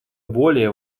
более